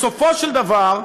בסופו של דבר,